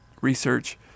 research